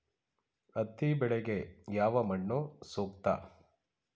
ಹತ್ತಿ ಬೆಳೆಗೆ ಯಾವ ಮಣ್ಣು ಸೂಕ್ತ?